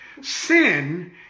sin